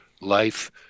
life